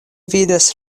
vidas